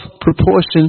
proportion